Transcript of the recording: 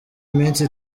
iminsi